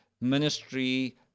ministry